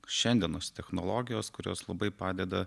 šiandienos technologijos kurios labai padeda